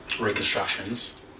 reconstructions